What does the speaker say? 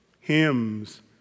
Hymns